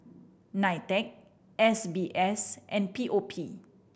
NITEC S B S and P O P